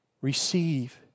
Receive